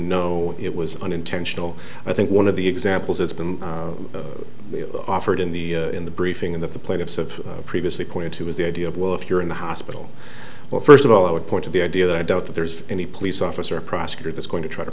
know it was unintentional i think one of the examples it's been offered in the in the briefing that the plaintiffs of previously pointed to was the idea of well if you're in the hospital well first of all i would point to the idea that i doubt that there's any police officer prosecutor that's going to try to